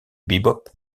bebop